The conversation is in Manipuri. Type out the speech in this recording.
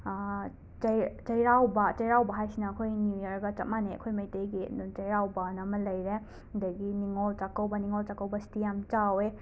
ꯆꯩ ꯆꯩꯔꯥꯎꯕ ꯆꯦꯔꯥꯎꯕ ꯍꯥꯏꯔꯤꯁꯤꯅ ꯑꯩꯈꯣꯏ ꯅ꯭ꯌꯨ ꯌꯔꯒ ꯆꯞ ꯃꯥꯟꯅꯩ ꯑꯩꯈꯣꯏ ꯃꯩꯇꯩꯒꯤ ꯆꯩꯔꯥꯎꯕꯅ ꯑꯃ ꯂꯩꯔꯦ ꯑꯗꯒꯤ ꯅꯤꯡꯉꯣꯜ ꯆꯥꯛꯀꯧꯕ ꯅꯤꯡꯉꯣꯜ ꯆꯥꯛꯀꯧꯕꯁꯤꯗꯤ ꯌꯥꯝꯅ ꯆꯥꯎꯋꯦ